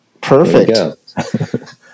Perfect